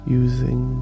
using